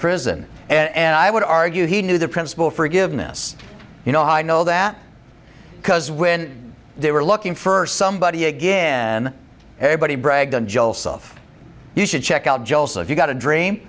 prison and i would argue he knew the principle forgiveness you know i know that because when they were looking for somebody again everybody bragged on joel self you should check out joseph you've got a dream